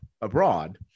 abroad